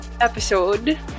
episode